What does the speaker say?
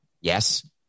Yes